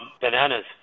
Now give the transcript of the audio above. bananas